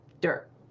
Dirt